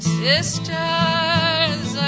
sisters